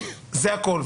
זה הכול.